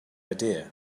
idea